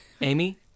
Amy